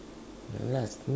ya lah